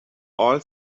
all